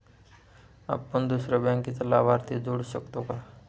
आपण दुसऱ्या बँकेचा लाभार्थी जोडू शकतो का?